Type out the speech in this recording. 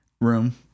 room